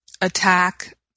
attack